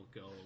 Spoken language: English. go